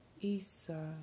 Isa